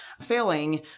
failing